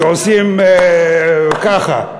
שעושים ככה.